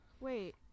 Wait